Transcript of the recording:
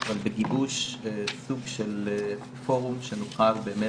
אבל בגיבוש סוג של פורום שנוכל באמת,